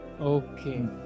Okay